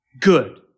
good